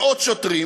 מאות שוטרים,